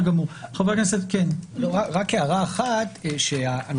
רק הערה אחת: בעיניי,